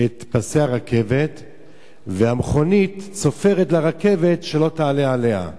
את פסי הרכבת והמכונית צופרת לרכבת שלא תעלה עליה.